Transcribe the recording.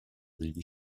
dagli